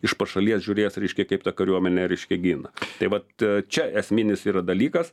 iš pašalies žiūrės reiškia kaip ta kariuomenė reiškia gina tai vat čia esminis yra dalykas